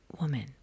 woman